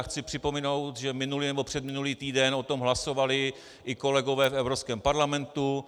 Chci připomenout, že minulý nebo předminulý týden o tom hlasovali i kolegové v Evropském parlamentu.